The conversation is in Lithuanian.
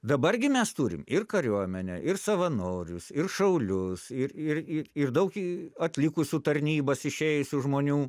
dabar gi mes turim ir kariuomenę ir savanorius ir šaulius ir ir ir daug į atlikusių tarnybas išėjusių žmonių